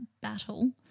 battle